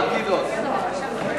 התש"ע 2010,